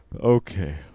Okay